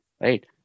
right